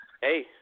Hey